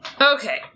Okay